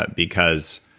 but because